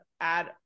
add